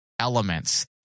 elements